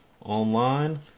online